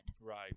Right